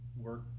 work